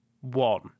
one